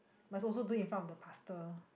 must also do it in front of the pastor